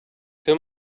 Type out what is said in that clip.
too